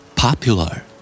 Popular